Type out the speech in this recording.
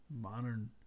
modern